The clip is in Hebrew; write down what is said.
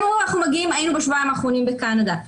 הם אומרים אנחנו היינו בשבועיים האחרונים בקנדה,